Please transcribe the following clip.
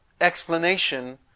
explanation